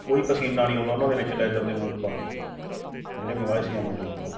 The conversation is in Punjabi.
ਕੋਈ ਪਸੀਨਾ ਨਹੀਂ ਆਉਂਦਾ ਉਹਨਾਂ ਦੇ ਵਿੱਚ ਲੈਦਰ ਦੇ ਬੂਟ ਪਾ ਕੇ ਜਿਹੜੇ ਮੰਗਵਾਏ ਸੀ ਐਮਾਜੋਨ ਤੋਂ